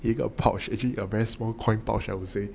give a pouch actually a very small coin pouch I would say